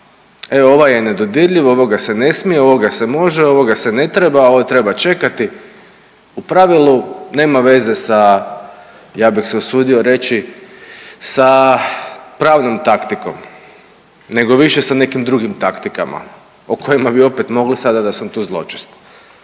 e ovaj nedodirljiv, ovoga se ne smije, ovoga se može, ovoga se ne treba, ovaj treba čekati. U pravilu nema veze sa ja bih se usudio reći sa pravnom taktikom nego više sa nekim drugim taktikama o kojima bi opet mogao sada da sam tu zločest.